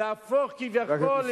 להפוך כביכול למדינה דמוקרטית,